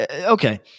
okay